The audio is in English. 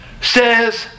says